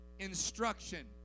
Instruction